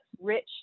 rich